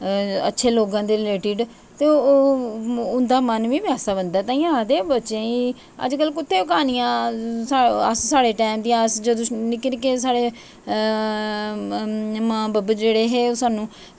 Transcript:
अच्छे लोकें दे रिलेटिड ते ओह् उंदा मन बी ऐसा करदा ते तां ई आ ते अज्जकल दे बच्चें ई अज्जकल कुत्थें क्हानियां अस साढ़े टाईम दियां जदूं अस निक्के निक्के हे मां बब्ब हे जेह्ड़े ओह् स्हानू